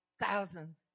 Thousands